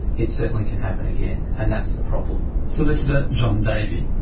it certainly can happen again and that's the problem. solicitor john davey.